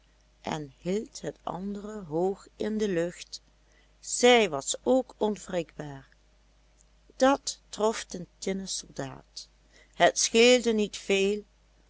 en hield het andere hoog in de lucht zij was ook onwrikbaar dat trof den tinnen soldaat het scheelde niet veel